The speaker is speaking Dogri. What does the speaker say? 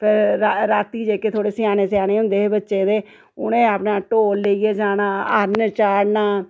फिर रातीं जेह्के थोह्ड़े स्याने स्याने होंदे हे बच्चे ते उ'नें अपना ढोल लैइयै जाना हरन चाढ़ना